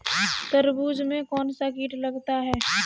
तरबूज में कौनसा कीट लगता है?